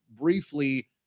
briefly